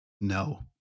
No